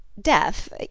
death